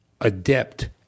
adept